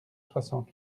soixante